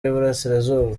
y’uburasirazuba